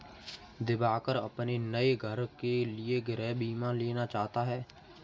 दिवाकर अपने नए घर के लिए गृह बीमा लेना चाहता है